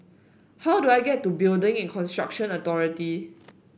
how do I get to Building and Construction Authority